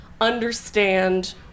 understand